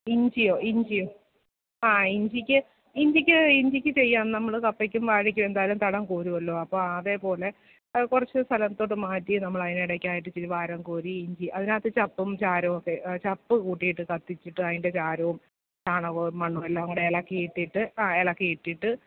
ഇഞ്ചിയോ ഇഞ്ചിയോ ആ ഇഞ്ചിക്ക് ഇഞ്ചിക്ക് ഇഞ്ചിക്ക് ചെയ്യാം നമ്മൾ കപ്പയ്ക്കും വാഴയ്ക്കും എന്തായാലും തടം കോരുമല്ലോ അപ്പം അതേപോലെ അത് കുറച്ച് സ്ഥലത്തോട്ട് മാറ്റി നമ്മളതിനിടയ്ക്കായിട്ട് ഇച്ചിരി വാരം കോരി ഇഞ്ചി അതിനകത്ത് ചപ്പും ചാരവുമൊക്കെ ചപ്പു കൂട്ടിയിട്ട് കത്തിച്ചിട്ട് അതിൻ്റെ ചാരവും ചാണകവും മണ്ണും എല്ലാം കൂടെ ഇളക്കിയിട്ടിട്ട് ആ ഇളക്കിയിട്ടിട്ട്